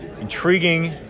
intriguing